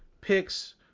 picks